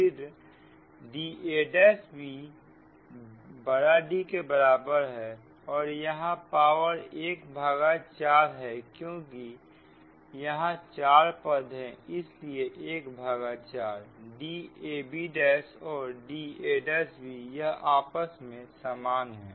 फिर dab D के बराबर है और यहां पावर 1 भाग 4 होगा क्योंकि यहां 4 पद है इसलिए ¼ dab और dab यह आपस में समान है